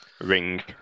ring